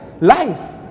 life